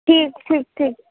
ठीक ठीक ठीक